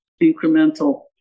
incremental